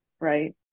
right